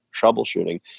troubleshooting